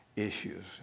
issues